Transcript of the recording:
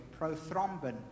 prothrombin